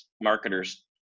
marketers